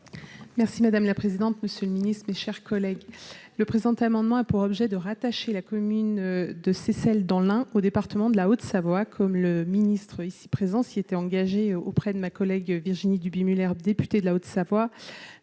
Merci madame la présidente, monsieur le Ministre, mes chers collègues, le présent amendement a pour objet de rattacher la commune de ces celle dans l'Ain, au département de la Haute-Savoie, comme le ministre ici présent, s'y était engagé auprès de ma collègue Virginie Duby Muller, députée de la Haute-Savoie,